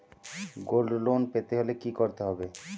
Gold loan পেতে হলে কি করতে হবে?